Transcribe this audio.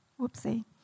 Whoopsie